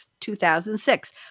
2006